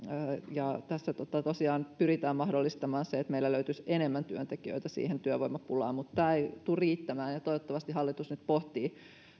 tässä tosiaan pyritään mahdollistamaan se että meillä löytyisi enemmän työntekijöitä siihen työvoimapulaan mutta tämä ei tule riittämään toivottavasti hallitus nyt pohtii